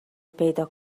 پیدا